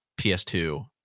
PS2